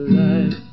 life